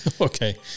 Okay